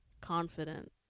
confident